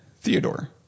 theodore